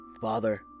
Father